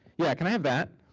yeah, can i have that?